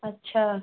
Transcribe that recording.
अच्छा